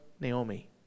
Naomi